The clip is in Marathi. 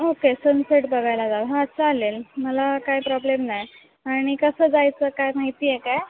ओके सनसेट बघायला जाऊ हां चालेल मला काय प्रॉब्लेम नाही आणि कसं जायचं काय माहिती आहे काय